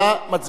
מצביע בעד,